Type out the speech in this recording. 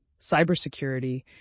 cybersecurity